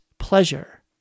pleasure